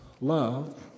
love